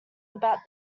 about